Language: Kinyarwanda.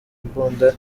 imbunda